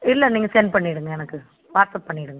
இல்லை நீங்கள் சென்ட் பண்ணிடுங்கள் எனக்கு வாட்ஸ்ஆப் பண்ணிடுங்கள்